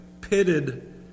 pitted